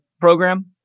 program